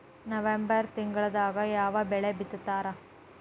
November ತಿಂಗಳದಾಗ ಯಾವ ಬೆಳಿ ಬಿತ್ತತಾರ?